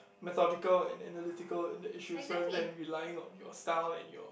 methodical and analytical in the issues rather than relying on your style and your